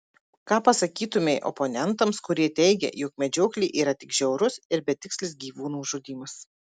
ką pasakytumei oponentams kurie teigia jog medžioklė yra tik žiaurus ir betikslis gyvūnų žudymas